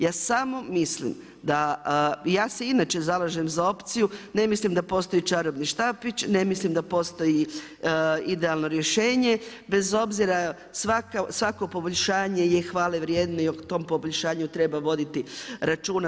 Ja samo mislim da ja se inače zalažem za opciju, ne mislim da postoji čarobni štapić, ne mislim da postoji idealno rješenje, bez obzira svako poboljšanje je hvale vrijedno i o tom poboljšanju treba voditi računa.